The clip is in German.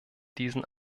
diesen